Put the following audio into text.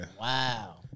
Wow